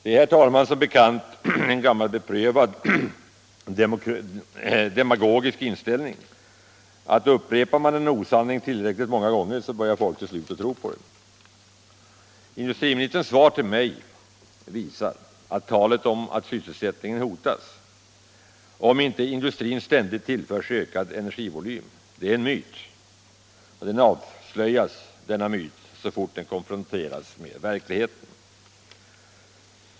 Det är, herr talman, som bekant ett gammalt beprövat demagogiskt knep att upprepa en osanning tillräckligt många gånger — till slut börjar "då folk att tro på den. Industriministerns svar till mig visar att talet om att sysselsättningen är hotad, om inte industrin ständigt tillförs ökad energivolym, är en myt, och den avslöjas så snart den konfronteras med verkligheten.